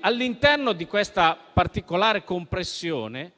All'interno di questa particolare compressione